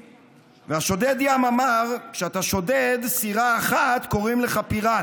והשודד ים אמר: כשאתה שודד סירה אחת קוראים לך פיראט,